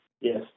yes